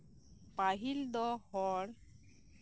ᱯᱟᱹᱦᱤᱞ ᱫᱚ ᱦᱚᱲ